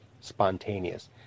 spontaneous